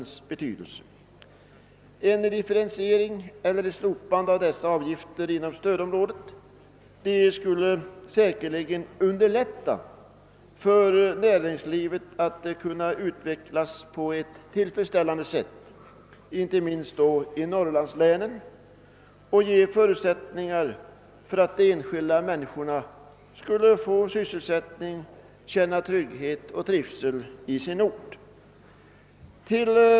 Vi har pekat på att en differentiering eller ett slopande av dessa avgifter inom stödområdet säkerligen skulle underlätta för näringslivet att utvecklas på ett tillfredsställande sätt inte minst i Norrlandslänen och skapa förutsättningar för de enskilda människorna att få sysselsättning och kunna känna trygghet och trivsel.